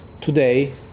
today